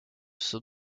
sont